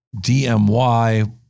DMY